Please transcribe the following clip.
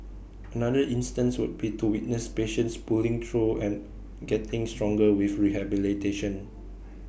another instance would be to witness patients pulling through and getting stronger with rehabilitation